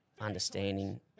understanding